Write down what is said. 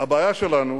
אחרי שנה,